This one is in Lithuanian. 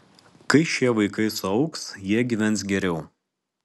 kai šie vaikai suaugs jie gyvens geriau